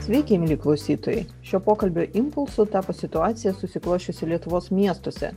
sveiki mieli klausytojai šio pokalbio impulsu tapo situacija susiklosčiusi lietuvos miestuose